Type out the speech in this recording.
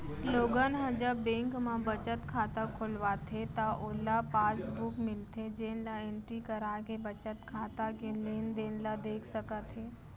लोगन ह जब बेंक म बचत खाता खोलवाथे त ओला पासबुक मिलथे जेन ल एंटरी कराके बचत खाता के लेनदेन ल देख सकत हे